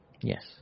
Yes